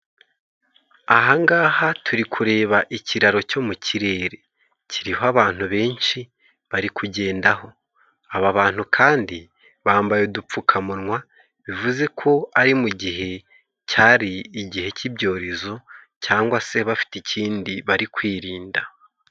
Aha ngaha turi kureba ikiraro cyo mu kirere kiriho abantu benshi bari kugendaho. Aba bantu kandi bambaye udupfukamunwa, bivuze ko ari mu gihe cyari igihe cy'ibyorezo cyangwa se bafite ikindi bari kwirinda.